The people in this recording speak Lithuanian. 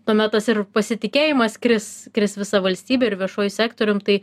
tuomet tas ir pasitikėjimas kris kris visa valstybė ir viešuoju sektorium tai